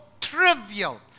trivial